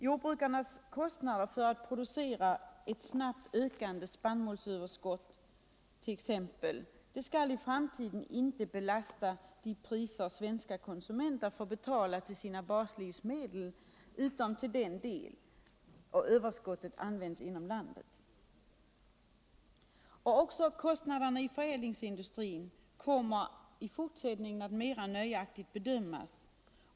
Jordbrukarnas kostnader för att producera ett snabbt ökande spannmålsöverskott t.ex., skall i framtiden inte belasta de priser svenska konsumenter får betala för sina baslivsmedel, utom till den del överskottet används inom landet. Också kostnaderna i förädlingsindustrin kommer i fortsättningen att mera nöjaktigt bestämmas.